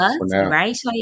right